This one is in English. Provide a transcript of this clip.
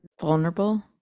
vulnerable